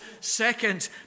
second